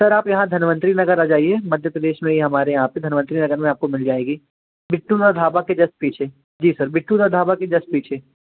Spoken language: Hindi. सर आप यहाँ धनवंतरी नगर आ जाइए मध्य प्रदेश में ही हमारे यहाँ पर धनवंतरी नगर में आपको मिल जाएगी बिट्टू का ढाबा के जस्ट पीछे जी सर बिट्टू का ढाबा के जस्ट पीछे